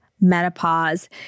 menopause